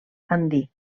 andí